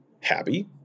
happy